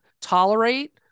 tolerate